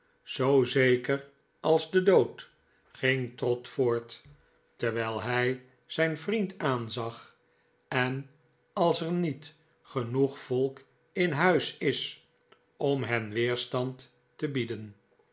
zoo zeker als de dood ging trott voort terwijl hij zh'n vriend aanzag en als er niet genoeg volk in huis is om hen weerstand te bieden